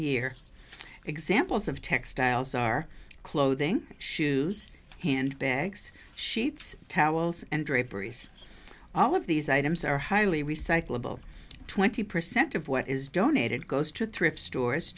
year examples of textiles are clothing shoes handbags sheets towels and draperies all of these items are highly recyclable twenty percent of what is donated goes to thrift stores